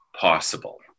possible